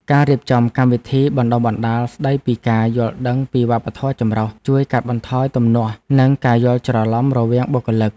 ការរៀបចំកម្មវិធីបណ្តុះបណ្តាលស្តីពីការយល់ដឹងពីវប្បធម៌ចម្រុះជួយកាត់បន្ថយទំនាស់និងការយល់ច្រឡំរវាងបុគ្គលិក។